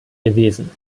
gewesen